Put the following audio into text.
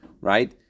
right